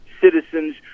citizens